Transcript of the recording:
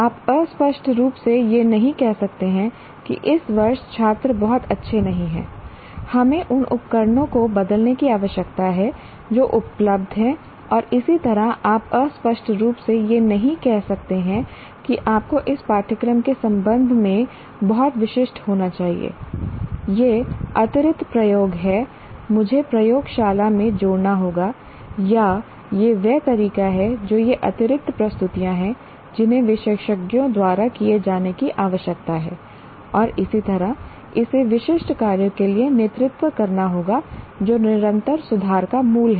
आप अस्पष्ट रूप से यह नहीं कह सकते कि इस वर्ष छात्र बहुत अच्छे नहीं हैं हमें उन उपकरणों को बदलने की आवश्यकता है जो उपलब्ध हैं और इसी तरह आप अस्पष्ट रूप से यह नहीं कह सकते हैं कि आपको इस पाठ्यक्रम के संबंध में बहुत विशिष्ट होना चाहिए ये अतिरिक्त प्रयोग हैं मुझे प्रयोगशाला में जोड़ना होगा या यह वह तरीका है जो ये अतिरिक्त प्रस्तुतियाँ हैं जिन्हें विशेषज्ञों द्वारा किए जाने की आवश्यकता है और इसी तरह इसे विशिष्ट कार्यों के लिए नेतृत्व करना होगा जो निरंतर सुधार का मूल है